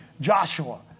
Joshua